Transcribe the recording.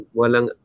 walang